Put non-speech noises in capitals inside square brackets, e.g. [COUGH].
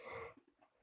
[BREATH]